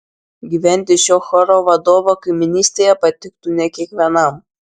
gyventi šio choro vadovo kaimynystėje patiktų ne kiekvienam